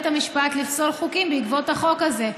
המשפט לפסול חוקים בעקבות החוק הזה,